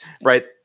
right